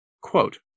Quote